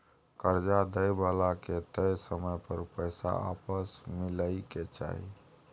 कर्जा दइ बला के तय समय पर पैसा आपस मिलइ के चाही